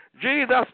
Jesus